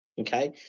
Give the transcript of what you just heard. okay